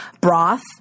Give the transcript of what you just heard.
broth